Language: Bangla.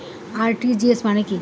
আর.টি.জি.এস মানে কি?